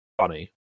funny